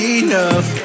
enough